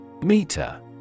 Meter